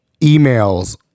emails